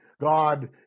God